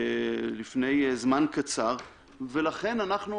לפני זמן קצר ולכן אנחנו